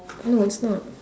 no it's not